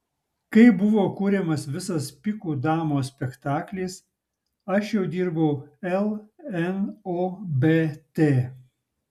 kai buvo kuriamas visas pikų damos spektaklis aš jau dirbau lnobt